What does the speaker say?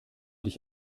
dich